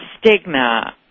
stigma